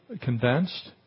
convinced